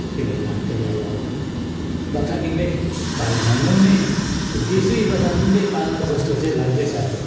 के भन्नु अब त्यसलाई अब लथालिङ्गै पार्यो भनौँ भने देशै लथालिङ्गै पार्ला जोस्तो चाहिँ लाग्दैछ अब